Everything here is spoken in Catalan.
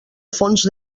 fons